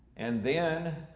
and then,